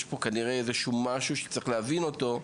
יש פה כנראה איזשהו משהו שצריך להבין אותו,